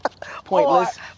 Pointless